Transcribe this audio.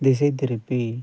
திசைத் திருப்பி